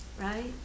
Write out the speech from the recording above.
Right